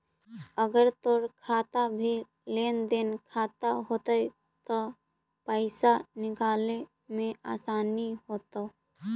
अगर तोर खाता भी लेन देन खाता होयतो त पाइसा निकाले में आसानी होयतो